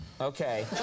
Okay